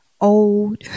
old